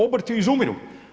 Obrti izumiru.